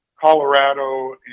colorado